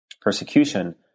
persecution